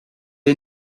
est